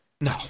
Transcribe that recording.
No